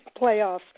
playoffs